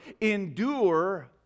endure